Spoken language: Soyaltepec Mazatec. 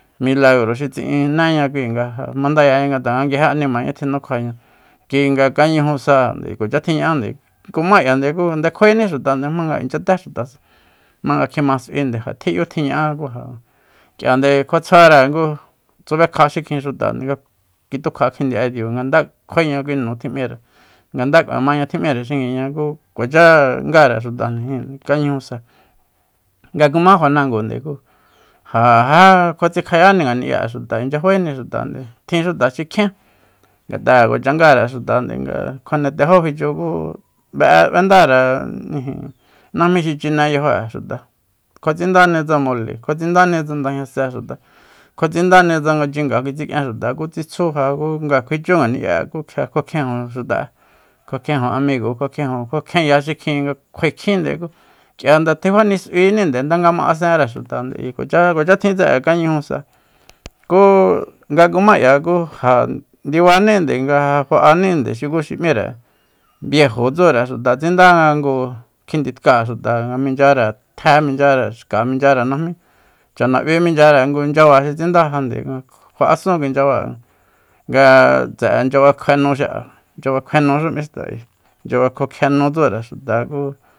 Milagro xi tsi'inéña kui nga ja mandayaña ngata nga nguije animaña tjinukjaña kui nga kañuju sande kuacha tjiña'ande kumák'iande nde kjuaení xutande jmanga inchya té xutasa jma kjima s'uinde ja tji 'yu tji ña'á ku ja k'iande kua tsjuare ngu tsubekja xikjin xutande nga kitukja kjindi'e diu nga nda kjuaéña kui nu tji'mire nga nda k'uemaña tjim'íre xinguiña ku kuacha ngare xutajnijinde kañujusa nga kuma fanangonde ku ja já kuatsikjayani ngani'ya'e xuta inchya faéni xutande tjin xuta xi kjién ngat'a kuacha ngare xutande nga kjuane tejó fichu ku be'e b'endare najmi xi xi chine yajo'e xuta kjua tsindani tsa mole kjuatsinda tsa ndajñase xuta kjua tsindáni tsanga chinga kitsik'ien xuta ku tsi tsju ja ku nga kuichú ngani'ya'e ku kjia kua kjienju xuta'e kua kjienjo amigo kuakjienjo kuakjienya xikjin nga kjuae kjinde ku k'iande tjifaenis'uininde ndanga ma asenre xutande ayi kuacha tjin tse'e kañuju sa ku nga kuma k'ia ku ja ndibaninde nga ja fa'anínde xukuxi m'íre biejo tsure xuta tsindanga ngu kjinditk'áa xuta minchyare tjé minchyare xka michyare najmí chanab'í minchyare ngu nchyaba xi tsindá jande kjua'asun kui nchyabáa nga tse'e nchyaba kjue nú xi'a nchyaba kjuenúxu m'í xta ayi nchaba kuakjienú tsure xuta ku